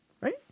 right